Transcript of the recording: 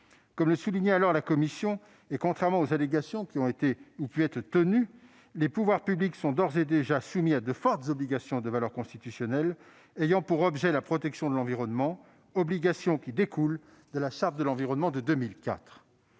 Comme le soulignait alors la commission, et contrairement aux allégations qui ont été exprimées, les pouvoirs publics sont d'ores et déjà soumis à de fortes obligations de valeur constitutionnelle ayant pour objet la protection de l'environnement, obligations qui découlent de la Charte de l'environnement de 2004.